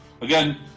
Again